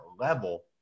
level